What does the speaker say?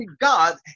God